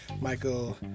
Michael